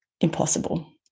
impossible